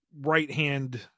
right-hand